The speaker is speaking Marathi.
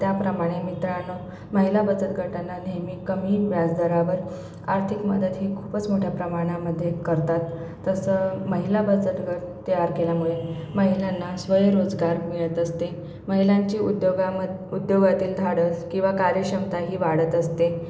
त्याप्रमाणे त्या महिला बचत गटांना नेहमी कमी व्याजदरावर आर्थिक मदत ही खूपच मोठ्या प्रमाणामध्ये करतात तसं महिला बचट गट तयार केल्यामुळे महिलांना स्वयंरोजगार मिळत असते महिलांची उद्योगामध्ये उद्योगातील धाडस किंवा कार्यक्षमताही वाढत असते